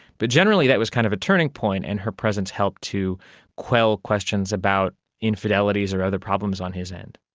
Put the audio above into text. but generally that was kind of a turning point and her presence helped to quell questions about infidelities or other problems on his end.